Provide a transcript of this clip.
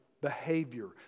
behavior